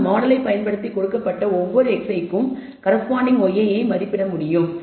நான் மாடலை பயன்படுத்தி கொடுக்கப்பட்ட ஒவ்வொரு xi க்கும் கரஸ்பாண்டிங் yi ஐ மதிப்பிட முடியும்